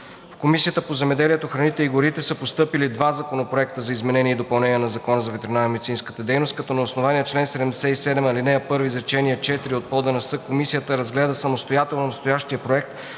В Комисията по земеделието, храните и горите са постъпили два законопроекта за изменение и допълнение на Закона за ветеринарномедицинската дейност, като на основание чл. 77, ал. 1, изречение четири от ПОДНС Комисията разгледа самостоятелно настоящия законопроект,